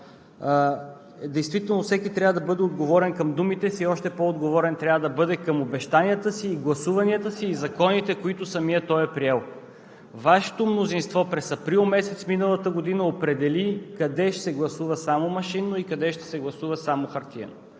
Действително всеки трябва да бъде отговорен към думите си, още по-отговорен трябва да бъде към обещанията си и гласуванията си, и законите, които самият той е приел. Вашето мнозинство през месец април миналата година определи къде ще се гласува само машинно и къде ще се гласува само хартиено,